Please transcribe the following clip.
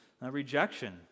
rejection